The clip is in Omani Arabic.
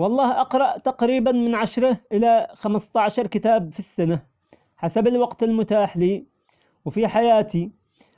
والله اقرأ تقريبا من عشره إلى خمس عشرة كتاب في السنة حسب الوقت المتاح لي وفي حياتي،